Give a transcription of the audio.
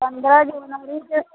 पंद्रह जनवरी के